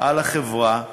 על החברה,